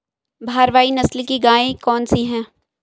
भारवाही नस्ल की गायें कौन सी हैं?